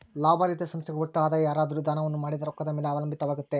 ಲಾಭರಹಿತ ಸಂಸ್ಥೆಗಳ ಒಟ್ಟು ಆದಾಯ ಯಾರಾದ್ರು ದಾನವನ್ನ ಮಾಡಿದ ರೊಕ್ಕದ ಮೇಲೆ ಅವಲಂಬಿತವಾಗುತ್ತೆ